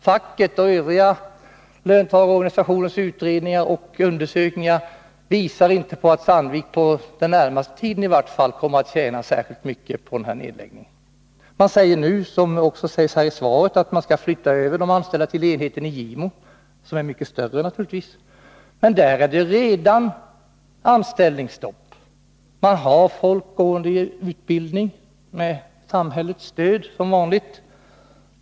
Fackets och övriga löntagarorganisationers utredningar och undersökningar visar inte att Sandvik, i vart fall inte under den närmaste tiden, kommer att tjäna särskilt mycket på denna nedläggning. Man säger, liksom det sägs i svaret, att de anställda skall flyttas över till enheten i Gimo, som är mycket större naturligtvis. Men där är det redan anställningsstopp. Man har folk gående i utbildning, med samhällets stöd, som vanligt.